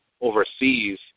overseas